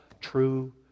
true